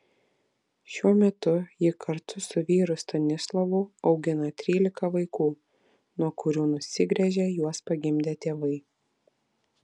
šiuo metu ji kartu su vyru stanislovu augina trylika vaikų nuo kurių nusigręžė juos pagimdę tėvai